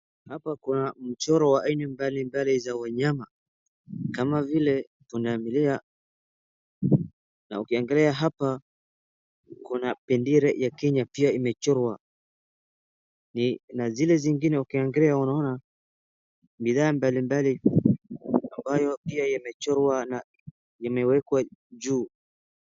Hapa kuna mchoro wa aina mbali mbali za wanyama, kama vile punda milia na ukiangalia pia kuna bendera ya Kenya pia imechorwa, na zile zingine ukiangalia unaona bidhaa mali mbali ambayo pia imechorwa na imewekwa juu.